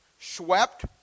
swept